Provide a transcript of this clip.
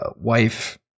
wife